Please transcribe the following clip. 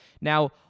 Now